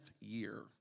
year